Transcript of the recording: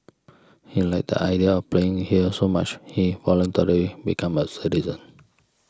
he liked the idea of playing here so much he voluntarily became a citizen